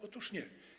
Otóż nie.